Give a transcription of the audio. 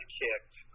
kicked